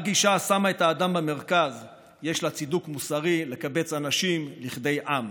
רק גישה השמה את האדם במרכז יש לה צידוק מוסרי לקבץ אנשים לכדי עם,